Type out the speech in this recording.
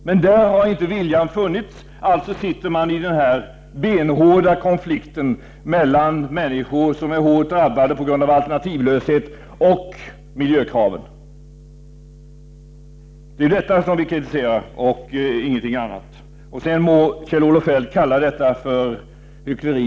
Men där har inte viljan funnits, alltså sitter man fast i den benhårda konflikten mellan människor som är hårt drabbade på grund av alternativlösheten och miljökraven. Det är detta som vi kritiserar och ingenting annat. Sedan må Kjell-Olof Feldt kalla det för hyckleri.